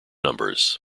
numbers